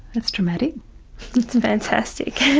that's dramatic. it's fantastic.